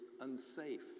unsafe